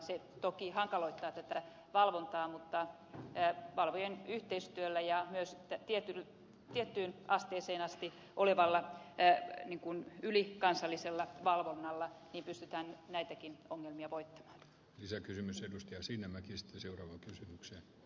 se toki hankaloittaa valvontaa mutta valvojien yhteistyöllä ja myös tiettyyn asteeseen asti ylikansallisella valvonnalla pystytään näitäkin ongelmia voit lisäkysymys ja sinnemäki listasi voittamaan